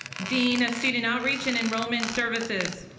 dean of student outreach and enrollment services.